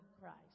Christ